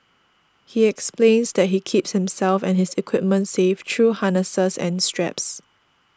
he explains that he keeps himself and his equipment safe through harnesses and straps